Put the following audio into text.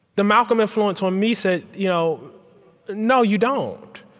the malcolm influence on me said you know no, you don't.